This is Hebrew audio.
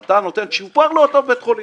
אתה נותן צ'ופר לאותו בית חולים.